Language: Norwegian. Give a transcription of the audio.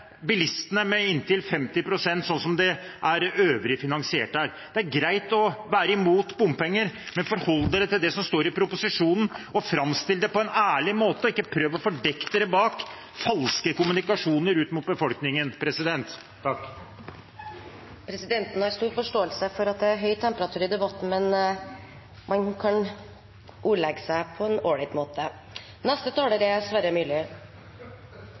bilistene med inntil 50 pst, slik det er finansiert for øvrig? Det er greit å være mot bompenger, men forhold dere til det som står i proposisjonen. Framstill det på en ærlig måte og ikke prøv å dekke dere bak falske kommunikasjoner ut mot befolkningen. Presidenten har stor forståelse for at det er høy temperatur i debatten, men man kan ordlegge seg på en ålreit måte.